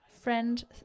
Friend